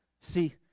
See